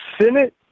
Senate